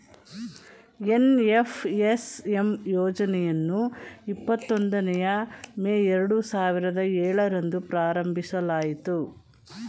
NFSM ಯೋಜನೆಯನ್ನು ಇಪ್ಪತೊಂಬತ್ತನೇಯ May ಎರಡು ಸಾವಿರದ ಏಳರಂದು ಪ್ರಾರಂಭಿಸಲಾಯಿತು